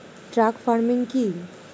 Truck farming কি?